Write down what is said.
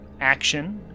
action